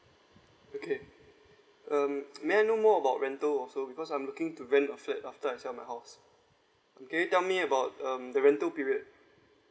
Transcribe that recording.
okay um may I know more about rental also because I'm looking to rent a flat after I sell my house can you tell me about um the rental period